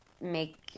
make